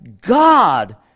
God